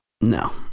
No